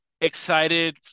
excited